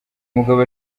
mugabo